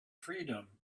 freedom